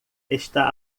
está